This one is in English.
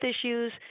issues